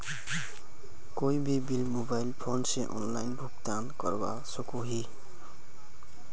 कोई भी bill mobile phone से ऑनलाइन भुगतान करवा सकोहो ही?